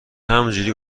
همینجوری